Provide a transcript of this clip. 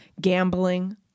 gambling